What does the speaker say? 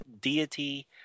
Deity